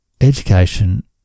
education